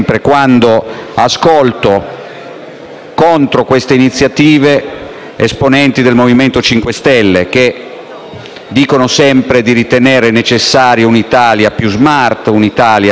contro queste iniziative esponenti del Movimento 5 Stelle, che dicono sempre di ritenere necessaria una Italia più *smart*, con più attenzione all'ambiente.